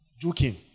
joking